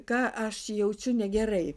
ką aš jaučiu negerai